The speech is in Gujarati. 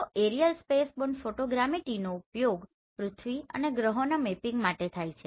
તો એરિયલ સ્પેસબોર્ન ફોટોગ્રામેટ્રીનો ઉપયોગ પૃથ્વી અને ગ્રહોના મેપિંગ માટે થાય છે